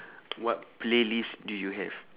what playlist do you have